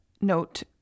note